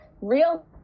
real